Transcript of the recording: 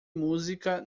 música